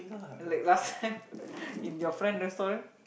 like last time in your friend restaurant